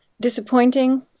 Disappointing